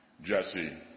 Jesse